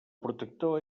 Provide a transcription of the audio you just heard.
protector